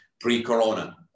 pre-corona